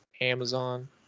Amazon